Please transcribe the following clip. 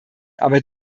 aber